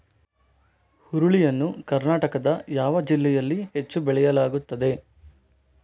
ಹುರುಳಿ ಯನ್ನು ಕರ್ನಾಟಕದ ಯಾವ ಜಿಲ್ಲೆಯಲ್ಲಿ ಹೆಚ್ಚು ಬೆಳೆಯಲಾಗುತ್ತದೆ?